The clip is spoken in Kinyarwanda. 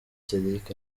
cedric